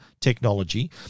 technology